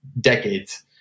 decades